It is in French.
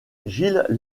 gilles